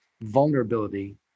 vulnerability